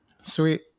Sweet